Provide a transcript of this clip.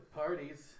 parties